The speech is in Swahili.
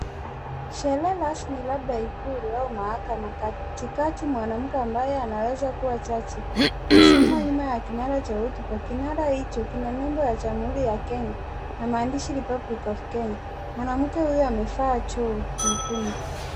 Sherehe rasmi labda ikulu au mahakama. Katikati mwanamke ambaye anayeweza kuwa jaji amesimama nyuma ya kinara cha hotuba. Kinara hicho kina nembo ya Jamhuri ya Kenya na mahandishi Republic Of Kenya. Mwanamke huyo amevaa joho nyekundu.